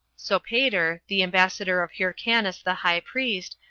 sopater, the ambassador of hyrcanus the high priest,